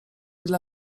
dla